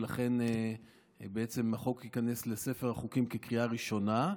ולכן החוק ייכנס לספר החוקים כקריאה ראשונה,